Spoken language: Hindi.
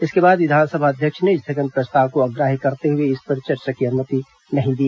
इसके बाद विधानसभा अध्यक्ष ने स्थगन प्रस्ताव को अग्राह्य करते हुए इस पर चर्चा की अनुमति नहीं दी